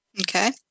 Okay